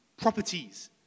properties